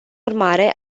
urmare